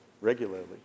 regularly